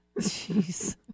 Jeez